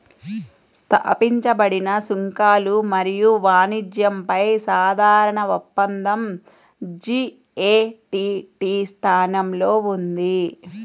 స్థాపించబడిన సుంకాలు మరియు వాణిజ్యంపై సాధారణ ఒప్పందం జి.ఎ.టి.టి స్థానంలో ఉంది